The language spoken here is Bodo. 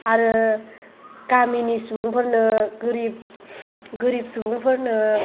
आरो गामिनि सुबुंफोरनो गोरिब गोरिब सुबुंफोरनो